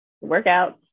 workout